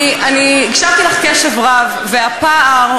אני הקשבתי לך קשב רב והפער,